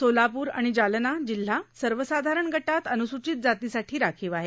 सोलापूर आणि जालना जिल्हा सर्वसाधारण गटात अन्सूचित जातीसाठी राखीव आहे